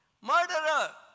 murderer